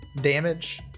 damage